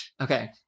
Okay